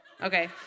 Okay